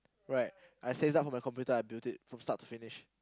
right I save up for my computer I built it from start to finish